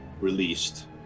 released